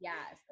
Yes